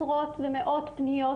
עשרות ומאות פניות,